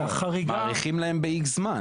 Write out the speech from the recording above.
מאריכים להם באיקס זמן.